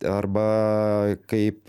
arba kaip